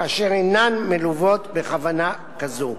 כאשר אינן מלוות בכוונה כזו.